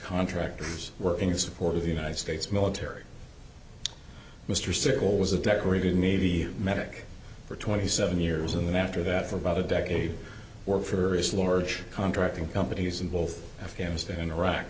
contractors working in support of the united states military mr sibal was a decorated navy medic for twenty seven years and then after that for about a decade worked for various large contracting companies in both afghanistan